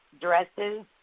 dresses